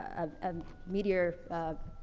of ah media,